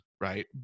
right